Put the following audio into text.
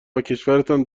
وکشورتان